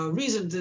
reason